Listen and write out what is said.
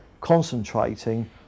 concentrating